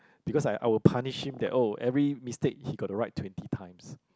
because I I will punish him that oh every mistake he got to write twenty times